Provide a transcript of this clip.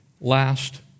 last